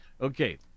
Okay